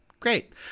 Great